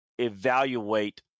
evaluate